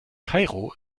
kairo